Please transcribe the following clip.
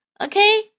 Okay